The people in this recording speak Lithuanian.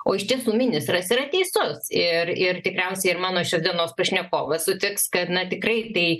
o iš tiesų ministras yra teisus ir ir tikriausiai ir mano šios dienos pašnekovas sutiks kad na tikrai tai